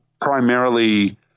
primarily